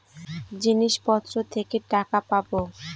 জিনিসপত্র থেকে টাকা পাবো